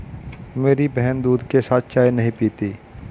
मेरी बहन दूध के साथ चाय नहीं पीती